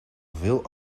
veel